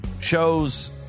shows